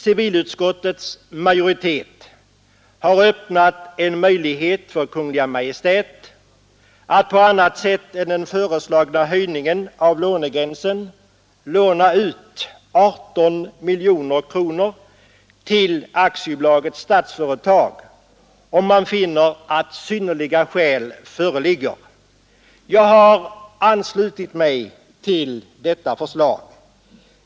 Civilutskottets majoritet har öppnat en möjlighet för Kungl. Maj:t att på annat sätt än den föreslagna höjningen av lånegränsen låna ut 18 miljoner kronor till AB Stadsfastigheter om man finner att ”synnerliga skäl” föreligger. Jag har anslutit mig till detta förslag.